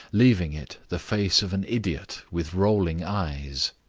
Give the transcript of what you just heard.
leaving it the face of an idiot with rolling eyes.